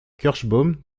kirschbaum